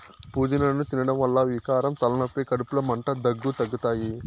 పూదినను తినడం వల్ల వికారం, తలనొప్పి, కడుపులో మంట, దగ్గు తగ్గుతాయి